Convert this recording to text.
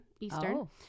Eastern